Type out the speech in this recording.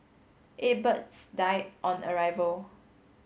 eight birds died on arrival